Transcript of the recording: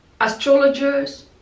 astrologers